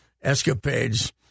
Escapades